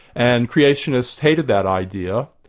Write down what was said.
and creationists hated that idea,